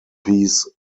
piece